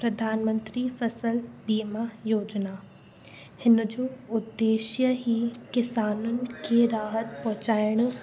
प्रधानमंत्री फसल बीमा योजना हिनजो उदेश्य ई किसानुनि खे राहतु पोहचाइण